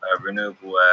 renewable